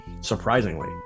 surprisingly